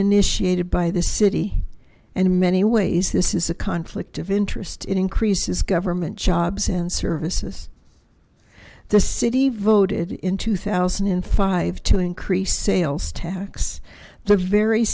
initiated by the city and in many ways this is a conflict of interest in increases government jobs and services the city voted in two thousand and five to increase sales tax the very